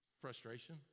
Frustration